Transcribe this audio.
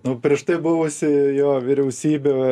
nu prieš tai buvusi jo vyriausybė